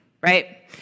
right